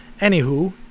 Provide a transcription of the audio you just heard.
Anywho